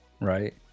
Right